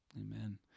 amen